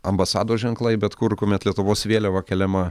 ambasados ženklai bet kur kuomet lietuvos vėliava keliama